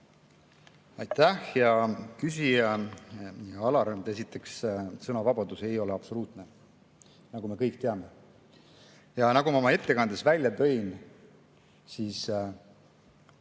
Aitäh, hea küsija Alar! Esiteks, sõnavabadus ei ole absoluutne, nagu me kõik teame. Nagu ma oma ettekandes välja tõin,